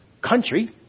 country